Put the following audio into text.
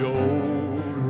old